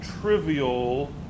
trivial